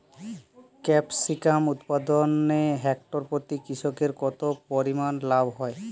Capsicum উৎপাদনে hectare প্রতি কৃষকের কত পরিমান লাভ হয়?